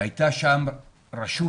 והייתה שם רשות,